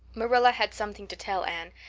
marilla had something to tell anne,